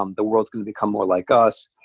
um the world's going to become more like us.